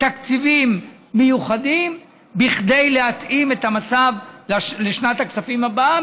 תקציבים מיוחדים כדי להתאים את המצב לשנת הכספים הבאה,